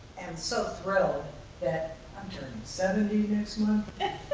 and so thrilled that i'm turning seventy next month and